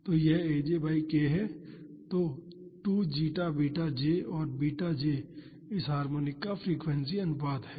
तो यह aj by k है तो 2 जीटा बीटा j और बीटा j इस हार्मोनिक का फ्रीक्वेंसी अनुपात है